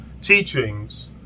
teachings